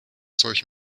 solche